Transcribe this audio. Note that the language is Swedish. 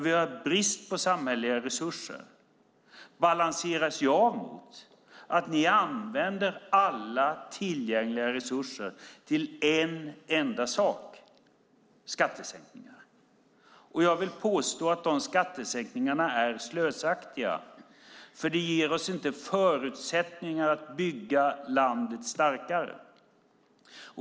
Vi har brist på samhälleliga resurser. Det balanseras av mot att ni använder alla tillgängliga resurser till en enda sak, skattesänkningar. Jag vill påstå att de skattesänkningarna är slösaktiga, för de ger oss inte förutsättningar att bygga landet starkare.